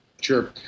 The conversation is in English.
Sure